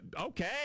Okay